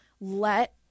Let